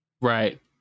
Right